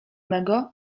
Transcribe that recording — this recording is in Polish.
mego